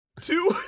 Two